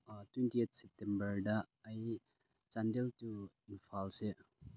twenty eight ꯁꯦꯞꯇꯦꯝꯕꯔꯗ ꯑꯩ ꯆꯥꯟꯗꯦꯜ ꯇꯨ ꯏꯝꯐꯥꯜꯁꯦ